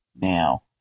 Now